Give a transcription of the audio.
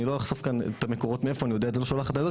אני לא אחשוף כאן את המקורות מאיפה אני יודע שהיא לא שולחת ניידות,